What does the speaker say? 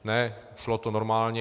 Ne, šlo to normálně.